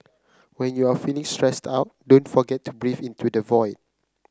when you are feeling stressed out don't forget to breathe into the void